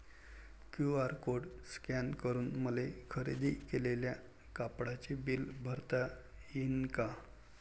QR code scan करून मले खरेदी केलेल्या कापडाचे बिल भरता यीन का?